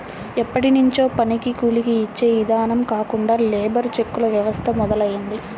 ఎప్పట్నుంచో పనికి కూలీ యిచ్చే ఇదానం కాకుండా లేబర్ చెక్కుల వ్యవస్థ మొదలయ్యింది